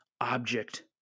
object